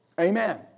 Amen